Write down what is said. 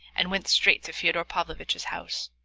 and went straight to fyodor pavlovitch's house.